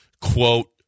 quote